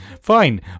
Fine